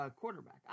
quarterback